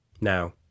Now